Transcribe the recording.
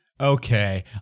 Okay